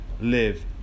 live